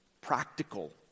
practical